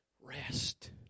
rest